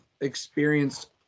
experienced